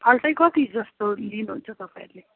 फाल्टै कति जस्तो लिनुहुन्छ तपाईँहरूले